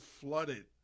flooded